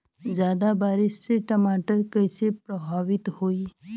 ज्यादा बारिस से टमाटर कइसे प्रभावित होयी?